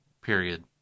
period